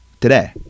today